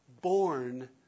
born